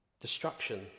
destruction